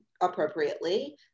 appropriately